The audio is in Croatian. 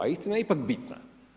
A istina je ipak bitna.